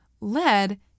lead